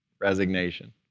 resignation